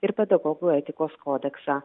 ir pedagogų etikos kodeksą